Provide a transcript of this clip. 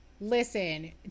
Listen